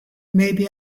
maybe